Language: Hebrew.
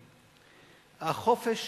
החופש,